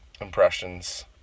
impressions